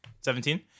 Seventeen